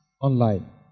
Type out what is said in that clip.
online